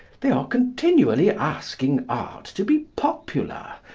they are continually asking art to be popular,